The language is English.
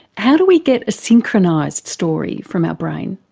how do we get a synchronised story from our brain?